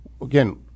again